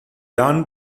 dan